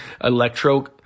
Electro